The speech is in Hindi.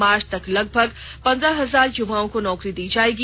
मार्च तक लगभग पंद्रह हजार युवाओं को नौकरी दी जाएगी